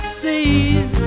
seas